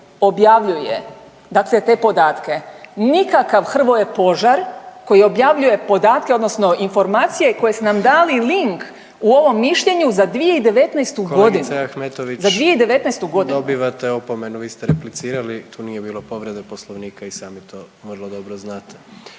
objavljuje dakle te podatke. Nikakav Hrvoje Požar koji objavljuje podatke odnosno informacije koje ste nam dali link u ovom mišljenju za 2019. godinu …/Upadica: Kolegice Ahmetović./… za 2019. godinu. **Jandroković, Gordan (HDZ)** Dobivate opomenu, vi ste replicirali, tu nije bilo povrede Poslovnika i sami to vrlo dobro znate.